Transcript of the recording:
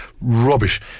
rubbish